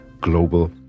global